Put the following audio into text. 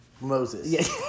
Moses